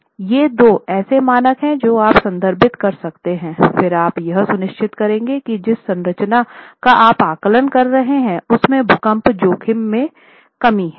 लेकिन ये दो ऐसे मानक जो आप संदर्भित कर सकते हैं फिर आप यह सुनिश्चित करेंगे कि जिस संरचना का आप आकलन कर रहे हैं उसमें भूकंप जोखिम में कमी हैं